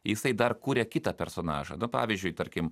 jisai dar kūrė kitą personažą nu pavyzdžiui tarkim